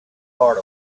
part